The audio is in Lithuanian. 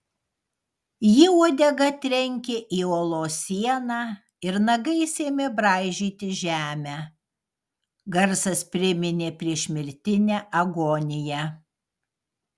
ji uodega trenkė į olos sieną ir nagais ėmė braižyti žemę garsas priminė priešmirtinę agoniją